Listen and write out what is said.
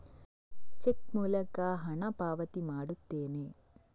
check ಮೂಲಕ ಹಣ ಪಾವತಿ ಮಾಡುತ್ತೇನೆ